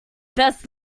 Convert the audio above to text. best